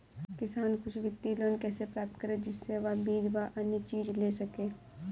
किसान कुछ वित्तीय लोन कैसे प्राप्त करें जिससे वह बीज व अन्य चीज ले सके?